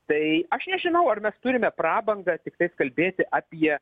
tai aš nežinau ar mes turime prabangą tiktais kalbėti apie